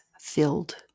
filled